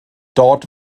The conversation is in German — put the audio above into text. dort